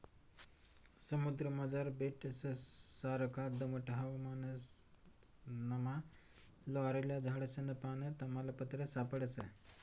समुद्रमझार बेटससारखा दमट हवामानमा लॉरेल झाडसनं पान, तमालपत्र सापडस